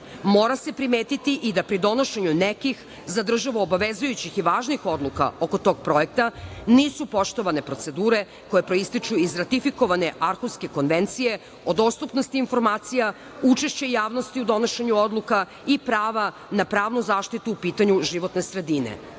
se primetiti i da pri donošenju nekih za državu obavezujućih i važnih odluka oko tog projekta nisu poštovane procedure koje proističu iz ratifikovane Arhurske konvencije o dostupnosti informacijama, učešće javnosti u donošenju odluka i prava na pravnu zaštitu po pitanju životne sredine.